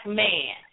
man